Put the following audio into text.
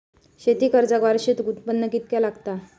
शेती कर्जाक वार्षिक उत्पन्न कितक्या लागता?